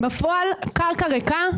בפועל, הקרקע ריקה,